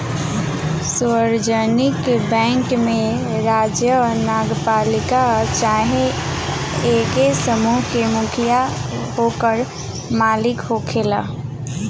सार्वजानिक बैंक में राज्य, नगरपालिका चाहे एगो समूह के मुखिया ओकर मालिक होखेला